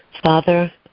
father